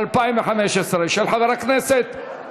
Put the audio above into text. חוק ומשפט להכנתה לקריאה ראשונה.